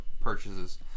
purchases